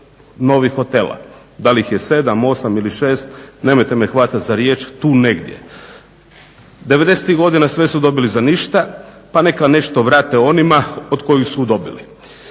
novih hotela. Da li ih je 7, 8 ili 6 nemojte me hvatati za riječ, tu negdje. '90-ih godina sve su dobili za ništa pa neka nešto vrate onima od kojih su dobili.